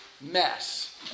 mess